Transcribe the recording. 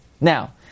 Now